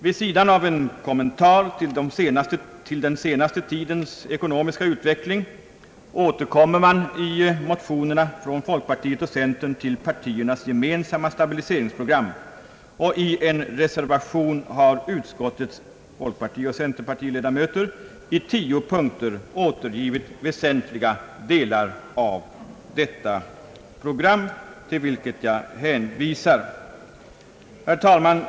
Vid sidan av en kommentar till den senaste tidens ekonomiska utveckling återkommer man i motionerna från folkpartiet och centern till partiernas gemensamma stabiliseringsprogram, och i en reservation har utskottets folkpartioch centerpartiledamöter i tio punkter återgivit väsentliga delar av detta program. Herr talman!